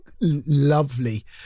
lovely